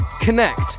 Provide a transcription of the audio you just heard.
connect